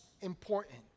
important